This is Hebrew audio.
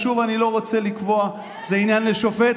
ושוב, אני לא רוצה לקבוע, זה עניין לשופט,